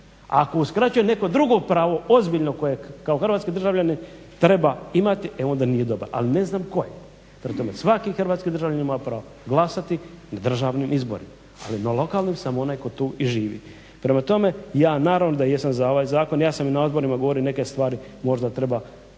ako uskraćuje neko drugo pravo ozbiljno kojeg kao hrvatski državljanin treba imati e onda nije dobar. Ali ne znam koje. Prema tome svaki hrvatski državljanin ima pravo glasati na državnim izborima. Ali na lokalnim samo onaj tko tu i živi. Prema tome ja naravno da jesam za ovaj zakon, ja sam i na odborima govorio neke stvari možda treba